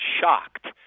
shocked